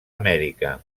amèrica